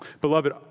Beloved